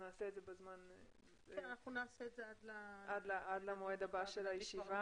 נעשה את זה עד למועד הבא של הישיבה.